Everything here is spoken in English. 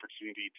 opportunity